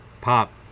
Pop